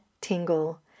tingle